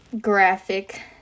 graphic